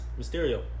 Mysterio